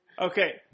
Okay